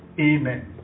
Amen